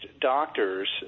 doctors